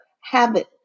habit